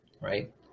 right